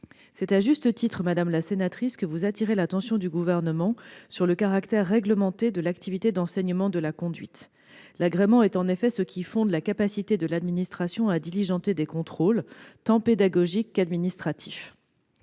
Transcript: C'est à juste titre, madame la sénatrice, que vous attirez l'attention du Gouvernement sur le caractère réglementé de l'activité d'enseignement de la conduite. L'agrément est en effet ce qui fonde la capacité de l'administration à diligenter des contrôles, tant pédagogiques qu'administratifs.